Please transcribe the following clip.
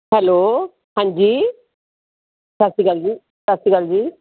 hello ਹਾਂਜੀ ਸਤਿ ਸ਼੍ਰੀ ਅਕਾਲ ਜੀ ਸਤਿ ਸ਼੍ਰੀ ਅਕਾਲ ਜੀ